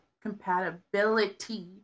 compatibility